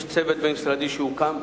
יש צוות בין-משרדי שהוקם,